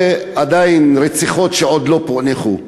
ועדיין יש הרבה רציחות שעוד לא פוענחו.